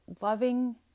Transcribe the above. loving